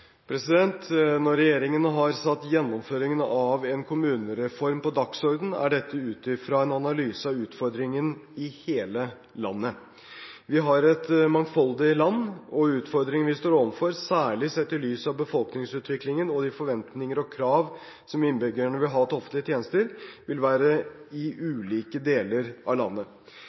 Når regjeringen har satt gjennomføringen av en kommunereform på dagsordenen, er dette ut fra en analyse av utfordringene i hele landet. Vi har et mangfoldig land, og utfordringene vi står overfor, særlig sett i lys av befolkningsutviklingen og de forventninger og krav som innbyggerne vil ha til et offentlig tjenestetilbud, vil være ulike i ulike deler av landet.